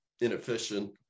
inefficient